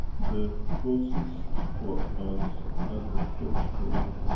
the process for us, as a post-corona,